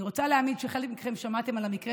אני רוצה להאמין שחלק מכם שמעתם על המקרה